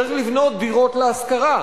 צריך לבנות דירות להשכרה.